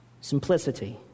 simplicity